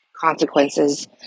consequences